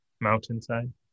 Mountainside